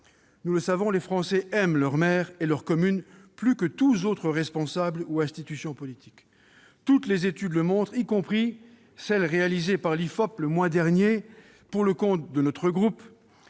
Nous le savons, les Français aiment leur maire et leur commune plus que tous les autres responsables ou institutions politiques. Toutes les études le montrent, y compris celle qui a été réalisée par l'IFOP le mois dernier pour le compte de notre groupe,